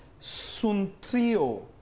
suntrio